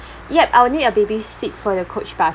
yup I'll need a baby seat for your coach bus